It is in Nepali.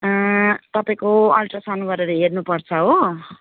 तपाईँको अल्ट्रासाउन्ड गरेर हेर्नुपर्छ हो